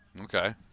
Okay